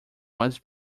was